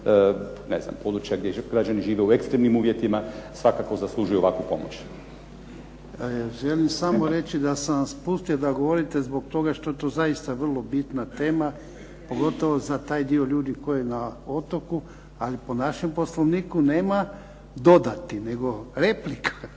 ne znam područja gdje građani žive u ekstremnim uvjetima, svakako zaslužuju ovakvu pomoć. **Jarnjak, Ivan (HDZ)** Želim samo reći da sam vas pustio da govorite zbog toga što je to zaista vrlo bitna tema, pogotovo za taj dio ljudi koji je na otoku. Ali po našem Poslovniku nema dodati, nego replika.